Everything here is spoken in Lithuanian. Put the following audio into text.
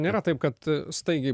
nėra taip kad a staigiai